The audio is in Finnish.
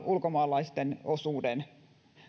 ulkomaalaisten osuuden